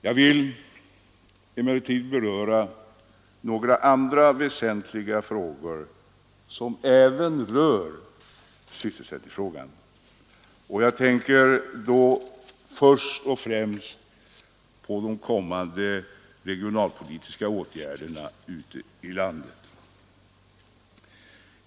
Jag vill också beröra några andra väsentliga frågor, som även rör sysselsättningsfrågan. Jag tänker då först och främst på de kommande regionalpolitiska åtgärderna ute i landet.